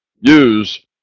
use